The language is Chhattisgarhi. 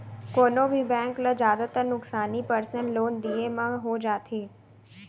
कोनों भी बेंक ल जादातर नुकसानी पर्सनल लोन दिये म हो जाथे